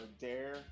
dare